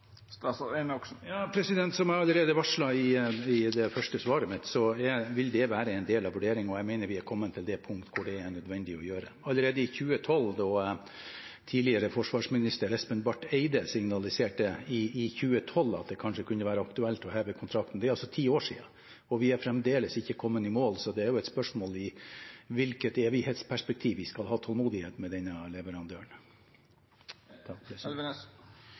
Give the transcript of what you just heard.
Som jeg allerede varslet i det første svaret mitt, vil det være en del av vurderingen, og jeg mener vi er kommet til det punkt hvor det er nødvendig å gjøre det. Allerede i 2012 signaliserte tidligere forsvarsminister Espen Barth Eide at det kanskje kunne være aktuelt å heve kontrakten. Det er altså ti år siden, og vi er fremdeles ikke kommet i mål, så det er jo et spørsmål om i hvilket evighetsperspektiv vi skal ha tålmodighet med denne leverandøren. Forsvarsministeren opplyste i et skriftlig svar til